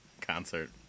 concert